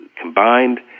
combined